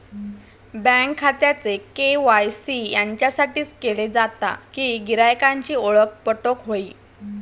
bank खात्याचे KYC याच्यासाठीच केले जाता कि गिरायकांची ओळख पटोक व्हयी